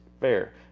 fair